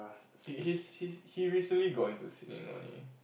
he he's he recently got into singing only